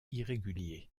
irrégulier